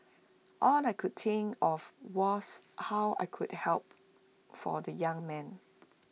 all I could think of was how I could help for the young man